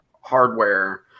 hardware